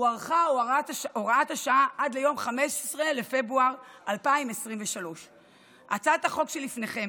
הוארכה הוראת השעה עד ליום 15 בפברואר 2023. הצעת החוק שלפניכם